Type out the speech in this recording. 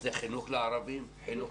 זה חינוך לערבים, חינוך